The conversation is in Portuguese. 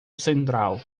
central